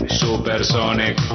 supersonic